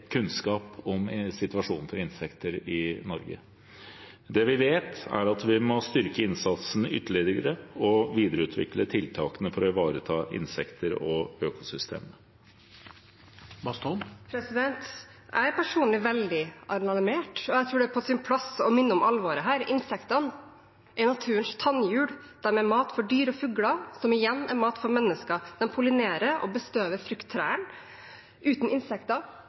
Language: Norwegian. kunnskap om situasjonen for insekter i Norge. Det vi vet, er at vi må styrke innsatsen ytterligere og videreutvikle tiltakene for å ivareta insekter og økosystemer. Jeg er personlig veldig alarmert, og jeg tror det er på sin plass å minne om alvoret her. Insektene er naturens tannhjul. De er mat for dyr og fugler, som igjen er mat for mennesker. De pollinerer og bestøver frukttrærne. Uten